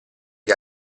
che